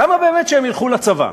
למה באמת שהם ילכו לצבא?